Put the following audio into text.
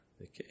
Okay